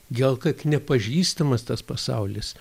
gal kad nepažįstamas tas pasaulis